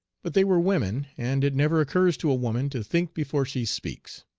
but they were women and it never occurs to a woman to think before she speaks.